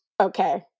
Okay